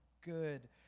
good